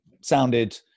sounded